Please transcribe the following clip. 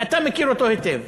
ואתה מכיר אותו היטב,